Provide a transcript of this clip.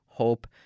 Hope